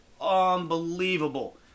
Unbelievable